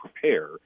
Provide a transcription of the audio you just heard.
prepare